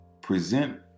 present